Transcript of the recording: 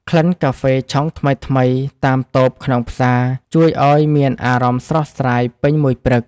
ក្លិនកាហ្វេឆុងថ្មីៗតាមតូបក្នុងផ្សារជួយឱ្យមានអារម្មណ៍ស្រស់ស្រាយពេញមួយព្រឹក។